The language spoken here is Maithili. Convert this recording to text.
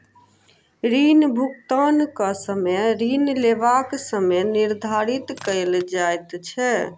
ऋण भुगतानक समय ऋण लेबाक समय निर्धारित कयल जाइत छै